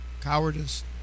cowardice